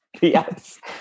Yes